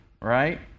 right